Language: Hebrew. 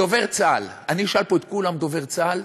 דובר צה"ל: אני אשאל פה את כולם על דובר צה"ל,